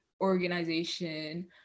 organization